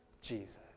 Jesus